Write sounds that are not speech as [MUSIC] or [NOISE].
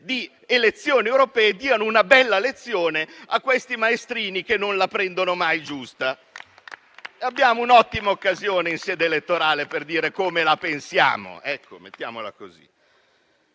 di elezioni europee diano una bella lezione a questi maestrini che non la prendono mai giusta. [APPLAUSE] Abbiamo un'ottima occasione in sede elettorale per dire come la pensiamo.